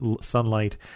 sunlight